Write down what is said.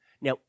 Now